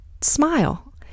smile